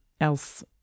else